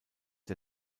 der